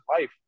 life